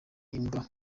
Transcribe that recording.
imbwa